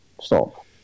stop